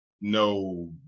no